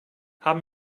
haben